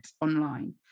online